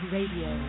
Radio